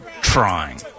trying